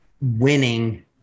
winning